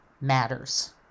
matters